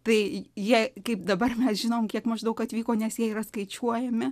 tai jei kaip dabar mes žinome kiek maždaug atvyko nes jie yra skaičiuojami